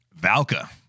Valka